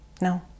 No